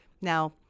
Now